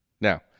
Now